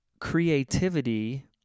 creativity